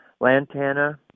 Lantana